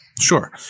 Sure